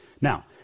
Now